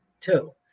two